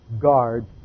guards